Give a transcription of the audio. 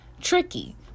tricky